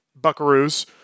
buckaroos